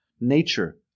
Nature